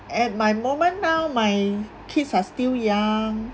at my moment now my kids are still young